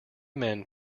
men